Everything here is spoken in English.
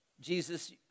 Jesus